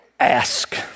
ask